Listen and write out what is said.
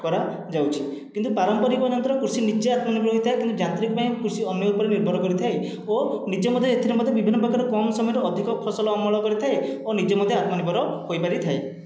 କରାଯାଉଛି କିନ୍ତୁ ପାରମ୍ପରିକ ଯନ୍ତ୍ର କୃଷି ନିଜେ ଆତ୍ମନିର୍ଭର ହେଇଥାଏ କିନ୍ତୁ ଯାନ୍ତ୍ରିକ ପାଇଁ କୃଷି ଅନ୍ୟ ଉପରେ ନିର୍ଭର କରିଥାଏ ଓ ନିଜେ ମଧ୍ୟ ଏଥିରେ ମଧ୍ୟ ବିଭିନ୍ନ ପ୍ରକାର କମ ସମୟରେ ଅଧିକ ଫସଲ ଅମଳ କରିଥାଏ ଓ ନିଜେ ମଧ୍ୟ ଆତ୍ମନିର୍ଭର ହୋଇପାରିଥାଏ